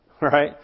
Right